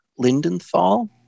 Lindenthal